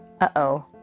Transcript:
uh-oh